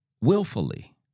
willfully